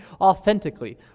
authentically